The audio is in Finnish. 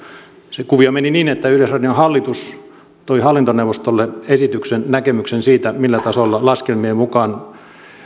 se kuvio meni niin että yleisradion hallitus toi hallintoneuvostolle esityksen näkemyksen siitä millä tasolla laskelmien mukaan